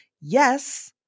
yes